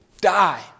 die